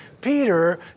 Peter